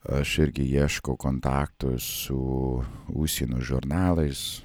aš irgi ieškau kontaktų su užsienio žurnalais